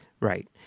Right